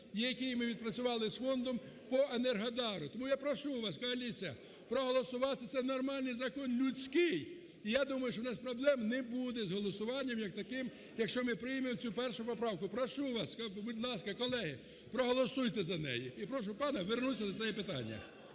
який ми відпрацювали з фондом, по Енергодару. Тому я прошу вас, коаліція, проголосувати, це нормальний закон, людський. І я думаю, що у нас проблем не буде з голосуванням як таким, якщо ми приймемо цю першу поправку, прошу вас. Будь ласка, колеги, проголосуйте за неї. І прошу пана повернутися до цього питання.